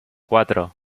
cuatro